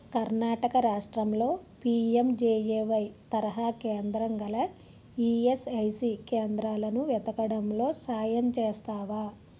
కర్ణాటక రాష్ట్రంలో పీఎంజేఏవై తరహా కేంద్రం గల ఈఎస్ఐసి కేంద్రాలను వెతకడంలో సాయం చేస్తావా